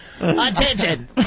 Attention